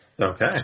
Okay